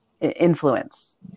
influence